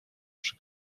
przy